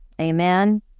Amen